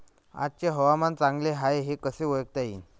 आजचे हवामान चांगले हाये हे कसे ओळखता येईन?